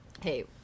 Hey